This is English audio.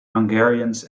hungarians